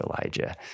Elijah